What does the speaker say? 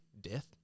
death